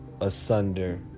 asunder